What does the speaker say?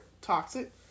toxic